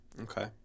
Okay